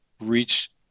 reach